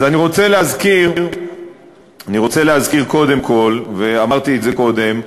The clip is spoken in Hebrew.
אז אני רוצה להזכיר קודם כול, ואמרתי את זה קודם,